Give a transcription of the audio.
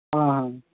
आं हा